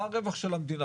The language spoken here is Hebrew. מה הרווח של המדינה?